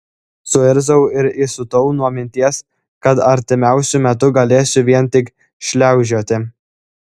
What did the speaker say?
suirzau ir įsiutau nuo minties kad artimiausiu metu galėsiu vien tik šliaužioti